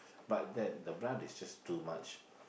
but that the blood is just too much